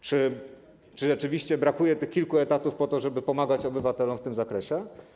Czy rzeczywiście brakuje tych kilku etatów, żeby pomagać obywatelom w tym zakresie?